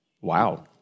Wow